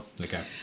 Okay